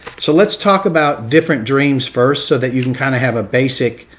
so let's talk about different dreams first so that you can kind of have a basic